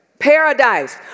Paradise